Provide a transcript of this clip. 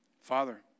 Father